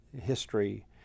history